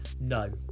no